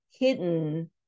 hidden